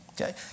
okay